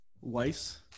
Weiss